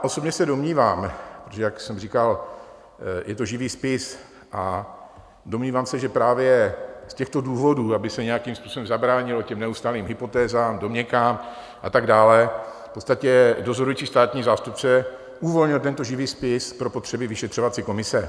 Osobně se domnívám, jak jsem říkal, je to živý spis a domnívám se, že právě z těchto důvodů, aby se nějakým způsobem zabránilo neustálým hypotézám, domněnkám a tak dále, v podstatě dozorující státní zástupce uvolnil tento živý spis pro potřeby vyšetřovací komise.